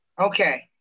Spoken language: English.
Okay